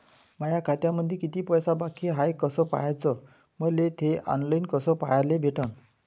माया खात्यामंधी किती पैसा बाकी हाय कस पाह्याच, मले थे ऑनलाईन कस पाह्याले भेटन?